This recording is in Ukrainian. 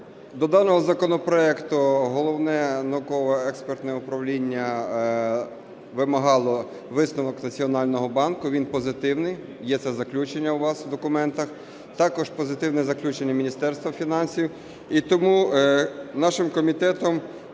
До даного законопроекту Головне науково-експертне управління вимагало висновок Національного банку. Він позитивний. Є це заключення у вас в документах. Також позитивне заключення Міністерства фінансів. І тому нашим комітетом,